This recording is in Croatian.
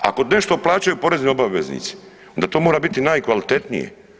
Ako nešto plaćaju porezni obaveznici onda to mora biti najkvalitetnije.